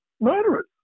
murderers